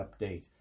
Update